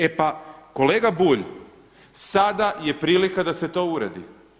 E pa, kolega Bulj, sada je prilika da se to uredi.